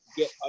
get